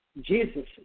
Jesus